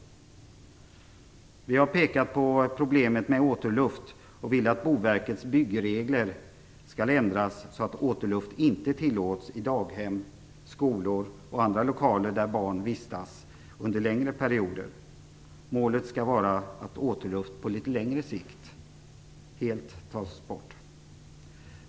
Vi har pekat på problemet med återluft och vill att Boverkets byggregler skall ändras så att återluft inte tillåts i daghem, skolor och andra lokaler där barn vistas under längre perioder. Målet skall vara att återluft på litet längre sikt helt tas bort.